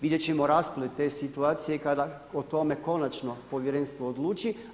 Vidjet ćemo rasplet te situacije kada o tome konačno povjerenstvo odluči.